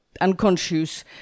unconscious